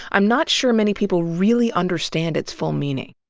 i'm not sure many people really understand its full meaning.